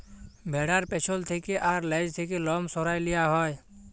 ভ্যাড়ার পেছল থ্যাকে আর লেজ থ্যাকে লম সরাঁয় লিয়া হ্যয়